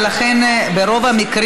ולכן ברוב המקרים